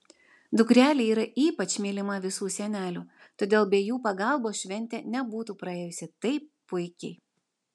dukrelė yra ypač mylima visų senelių todėl be jų pagalbos šventė nebūtų praėjusi taip puikiai